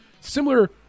Similar